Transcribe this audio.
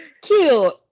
cute